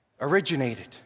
originated